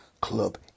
Club